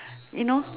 you know